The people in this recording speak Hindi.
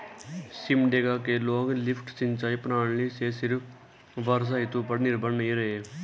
सिमडेगा के लोग लिफ्ट सिंचाई प्रणाली से सिर्फ वर्षा ऋतु पर निर्भर नहीं रहे